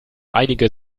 einige